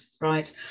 right